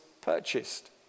purchased